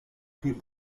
keep